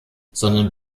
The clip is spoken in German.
sondern